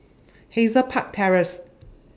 Hazel Park Terrace